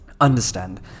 Understand